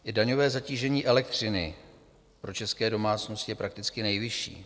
I daňové zatížení elektřiny pro české domácnosti je prakticky nejvyšší.